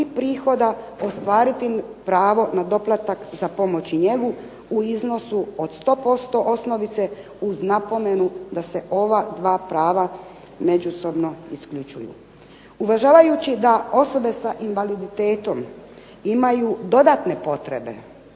i prihoda ostvariti pravo na doplatak za pomoć i njegu u iznosu od 100% osnovice uz napomenu da se ova dva prava međusobno isključuju. Uvažavajući da osobe sa invaliditetom imaju dodatne potrebe